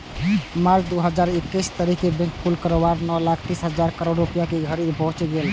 मार्च, दू हजार इकैस धरि बैंकक कुल कारोबार नौ लाख तीस हजार करोड़ रुपैया धरि पहुंच गेल रहै